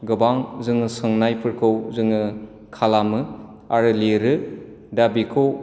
गोबां जोङो सोंनायफोरखौ जोङो खालामो आरो लिरो दा बिखौ